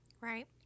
right